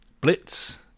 Blitz